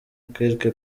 quelque